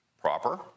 proper